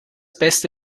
beste